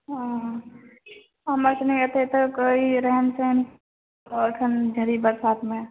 ओ हमरा तऽ नहि हेतै अखन ढेरी बरसातमे